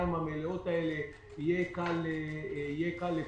לשנתיים המלאות האלה, זה יקל על כולנו.